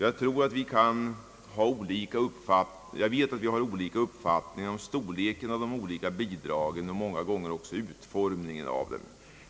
Jag vet att vi har olika uppfattningar om storleken av de olika bidragen och många gånger också om utformningen av dem.